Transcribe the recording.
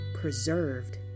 preserved